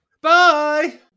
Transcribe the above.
Bye